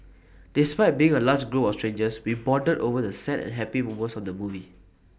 despite being A large group of strangers we bonded over the sad and happy moments of the movie